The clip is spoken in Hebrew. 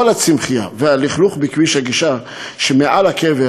כל הצמחייה והלכלוך בכביש הגישה שמעל הקבר